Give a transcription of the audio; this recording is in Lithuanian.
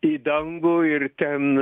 į dangų ir ten